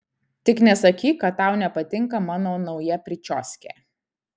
tik nesakyk kad tau nepatinka mano nauja pričioskė